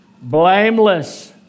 blameless